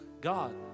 God